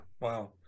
wow